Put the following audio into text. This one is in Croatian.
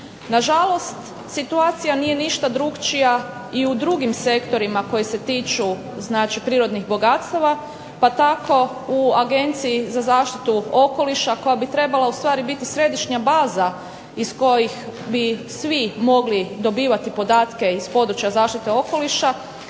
Na žalost situacija nije ništa drukčija i u drugim sektorima koji se tiču prirodnih bogatstava pa tako u Agenciji za zaštitu okoliša koja bi trebala biti središnja baza iz kojih bi svi mogli dobivati podatke iz zaštite okoliša